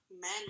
men